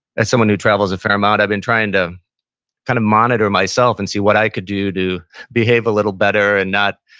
as someone who travels a fair amount, i've been trying to kind of monitor myself and see what i could do to behave a little better and not,